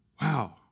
Wow